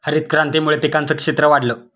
हरितक्रांतीमुळे पिकांचं क्षेत्र वाढलं